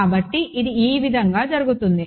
కాబట్టి ఇది ఈ విధంగా జరుగుతుంది